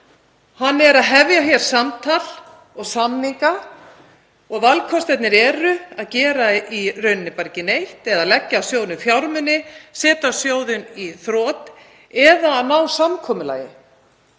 Hann er að hefja hér samtal og samninga. Valkostirnir eru að gera í rauninni ekki neitt, leggja sjóðnum til fjármuni, setja sjóðinn í þrot eða að ná samkomulagi.